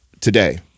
today